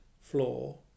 floor